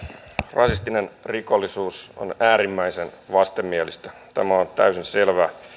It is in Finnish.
rasistinen rikollisuus on äärimmäisen vastenmielistä tämä on täysin selvä